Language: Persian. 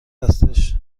هستش